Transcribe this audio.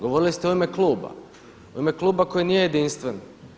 Govorili ste u ime kluba, u ime kluba koji nije jedinstven.